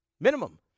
minimum